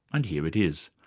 and here it is.